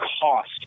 cost